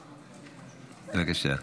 בבקשה.